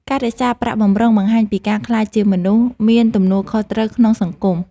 ការរក្សាប្រាក់បម្រុងបង្ហាញពីការក្លាយជាមនុស្សមានទទួលខុសត្រូវក្នុងសង្គម។